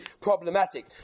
problematic